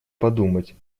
подумать